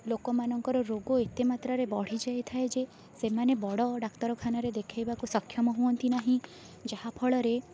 ଲୋକମାନଙ୍କର ରୋଗ ଏତେ ମାତ୍ରାରେ ବଢ଼ିଯାଇଥାଏ ଯେ ସେମାନେ ବଡ଼ ଡ଼ାକ୍ତରଖାନାରେ ଦେଖେଇବାକୁ ସକ୍ଷମ ହୁଅନ୍ତି ନାହିଁ ଯାହାଫଳରେ